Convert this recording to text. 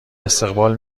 استقبال